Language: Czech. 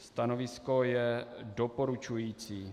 Stanovisko je doporučující.